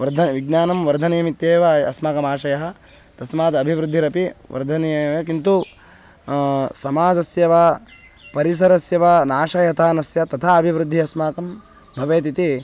वर्ध विज्ञानं वर्धनीयमित्येव अस्माकमाशयः तस्मात् अभिवृद्धिरपि वर्धनीया एव किन्तु समाजस्य वा परिसरस्य वा नाशः यथा न स्यात् तथा अभिवृद्धिः अस्माकं भवेद् इति